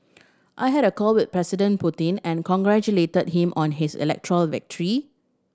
I had a call with President Putin and congratulated him on his electoral victory